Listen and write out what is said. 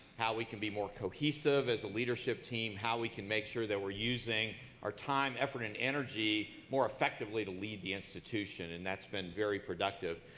how we can be more cohesive as a leadership team, team, how we can make sure that we're using our time, effort, and energy more effectively to lead the institution. and that's been very productive.